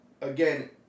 again